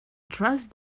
trust